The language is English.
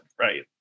right